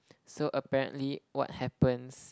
so apparently what happens